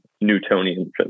Newtonian